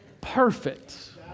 perfect